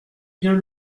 bien